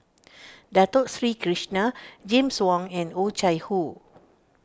Dato Sri Krishna James Wong and Oh Chai Hoo